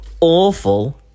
awful